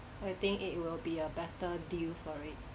I think it will be a better deal for it